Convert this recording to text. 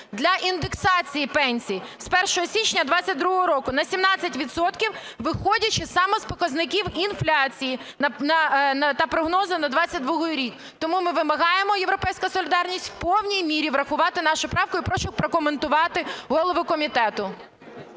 для індексації пенсій з 1 січня 2022 року на 17 відсотків, виходячи саме з показників інфляції та прогнозу на 2022 рік. Тому ми вимагаємо, "Європейська солідарність", в повній мірі врахувати нашу правку. І прошу прокоментувати голову комітету.